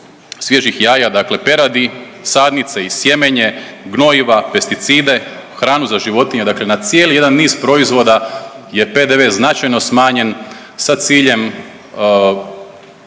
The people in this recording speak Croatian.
svježih jaja, dakle peradi, sadnica i sjemenje gnojiva, pesticide, hranu za životinje, dakle na cijeli jedan niz proizvoda je PDV značajno smanjen sa ciljem